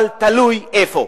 אבל תלוי איפה.